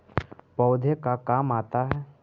पौधे का काम आता है?